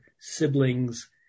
siblings